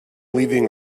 leaving